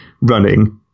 running